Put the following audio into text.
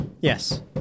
Yes